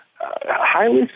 highly